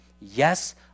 Yes